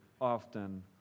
often